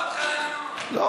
עזוב אותך, נו.